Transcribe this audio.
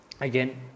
again